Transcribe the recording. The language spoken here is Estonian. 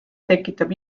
tekitab